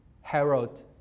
Harold